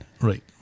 Right